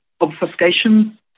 obfuscation